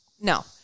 no